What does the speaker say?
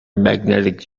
magnetic